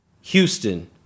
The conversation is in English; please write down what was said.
houston